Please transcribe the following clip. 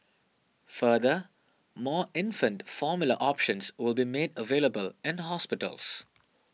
further more infant formula options will be made available in hospitals